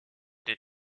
des